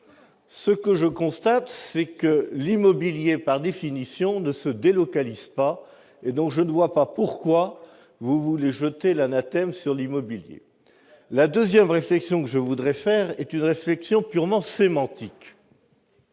Ce que je constate, c'est que l'immobilier, par définition, ne se délocalise pas. Voilà ! Donc, je ne vois pas pourquoi vous voulez jeter l'anathème sur l'immobilier ! La deuxième réflexion que je voudrais faire est d'ordre purement sémantique.